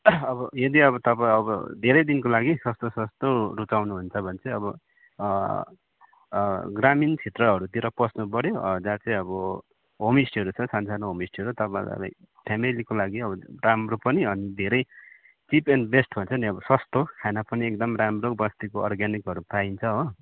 अब यदि अब तपाईँ अब धेरै दिनको लागि सस्तो सस्तो रूचाउनुहुन्छ भने चाहिँ अब ग्रामीण क्षेत्रहरूतिर पस्नु पऱ्यो जहाँ चाहिँ अब होमस्टेहरू छ सान्सानो होमस्टेहरू तपाईँहरूलाई फ्यामेलीको लागि अब राम्रो पनि धेरै चिप एन्ड बेस्ट भन्छ नि अब सस्तो खाना पनि एकदम राम्रो बस्तीको अर्ग्यानिकहरू पाइन्छ हो